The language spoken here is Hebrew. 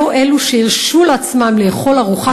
או את אלו שהרשו לעצמם לאכול ארוחה